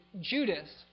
Judas